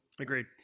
Agreed